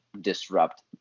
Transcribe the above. disrupt